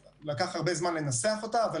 ולקח הרבה זמן לנסח את התקינה הזאת,